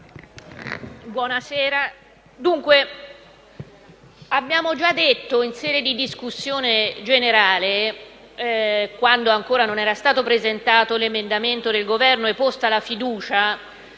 colleghi, abbiamo già detto, in sede di discussione generale, quando ancora non era stato presentato l'emendamento del Governo e posta la fiducia,